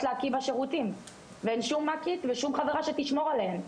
להקיא בשירותים ואין שום מ"כית ושום חברה שתשמור עליהן.